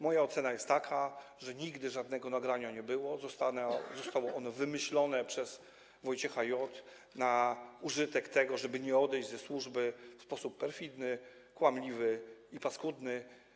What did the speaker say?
Moja ocena jest taka, że nigdy żadnego nagrania nie było, zostało ono wymyślone przez Wojciecha J. na użytek tego, żeby nie odejść ze służby w sposób perfidny, kłamliwy i paskudny.